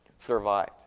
survived